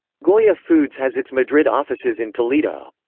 goya foods has its madrid offices in toledo.